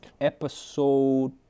episode